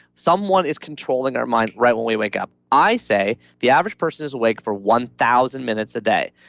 someone is controlling our mind right when we wake up. i say the average person is awake for one thousand minutes a day.